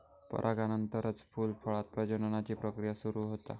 परागनानंतरच फूल, फळांत प्रजननाची प्रक्रिया सुरू होता